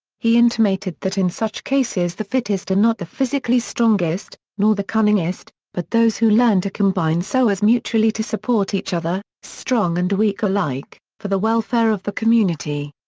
he intimated that that in such cases the fittest are not the physically strongest, nor the cunningest, but those who learn to combine so as mutually to support each other, strong and weak alike, for the welfare of the community.